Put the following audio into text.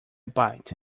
bite